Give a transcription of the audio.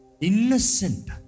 Innocent